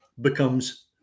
becomes